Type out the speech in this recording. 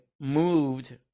moved